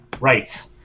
Right